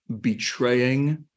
betraying